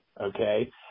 Okay